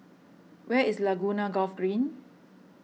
where is Laguna Golf Green